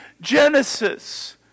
Genesis